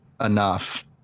enough